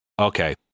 okay